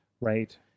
right